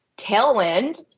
Tailwind